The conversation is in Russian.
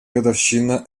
годовщина